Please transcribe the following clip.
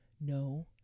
no